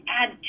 add